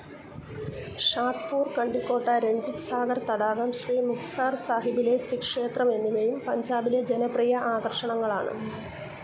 ഷാഹ്പൂർ കണ്ടി കോട്ട രഞ്ജിത് സാഗർ തടാകം ശ്രീ മുക്ത്സർ സാഹിബിലെ സിഖ് ക്ഷേത്രം എന്നിവയും പഞ്ചാബിലെ ജനപ്രിയ ആകർഷണങ്ങളാണ്